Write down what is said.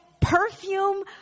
perfume